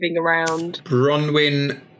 Bronwyn